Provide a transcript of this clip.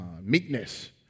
Meekness